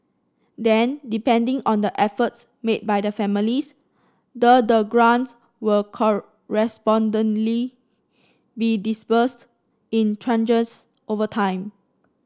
then depending on the efforts made by the families the the grant will correspondingly be disbursed in tranches over time